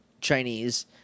Chinese